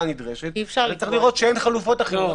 הנדרשת וצריך לראות שאין חלופות אחרות.